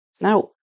Now